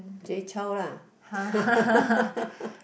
Jay-Chou lah